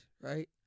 right